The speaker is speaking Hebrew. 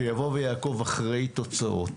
שיבוא ויעקוב אחר תוצאות,